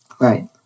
right